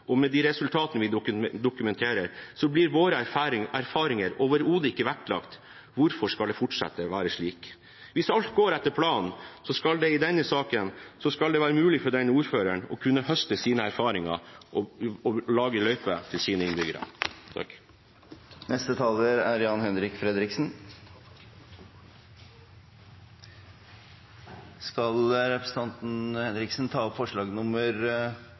og med de resultater vi dokumenterer, blir våre erfaringer overhodet ikke vektlagt. Hvorfor skal det fortsette å være slik? Hvis alt går etter planen, skal det i denne saken snart være mulig for denne ordføreren å kunne høste sine erfaringer og lage løyper til sine innbyggere. Vil representanten ta opp